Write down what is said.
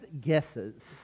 guesses